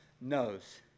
knows